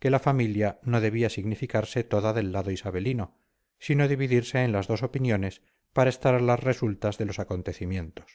que la familia no debía significarse toda del lado isabelino sino dividirse en las dos opiniones para estar a las resultas de los acontecimientos